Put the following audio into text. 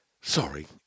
Sorry